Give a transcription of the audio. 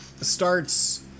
starts